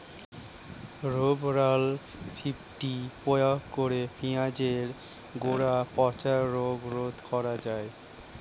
Rovral fifty প্রয়োগ করে পেঁয়াজের গোড়া পচা রোগ রোধ করা যায়?